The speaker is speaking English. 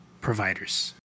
providers